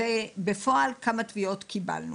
בפועל זה אומר כמה תביעות קיבלנו.